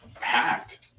packed